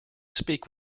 speak